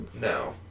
No